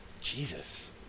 Jesus